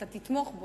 אתה תתמוך,